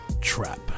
trap